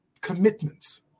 commitments